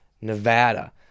Nevada